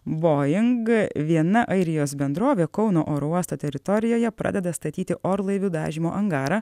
boing viena airijos bendrovė kauno oro uosto teritorijoje pradeda statyti orlaivių dažymo angarą